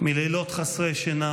מלילות חסרי שינה,